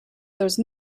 those